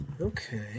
Okay